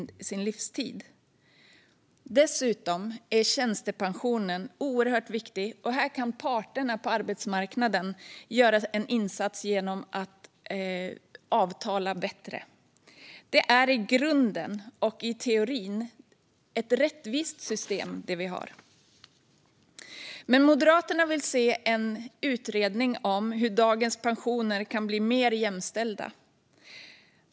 Dessutom är tjänstepensionen oerhört viktig, och här kan parterna på arbetsmarknaden göra en insats genom bättre avtal. Det är i grunden, och i teorin, ett rättvist system vi har. Moderaterna vill se en utredning om hur dagens pensioner kan bli mer jämställda.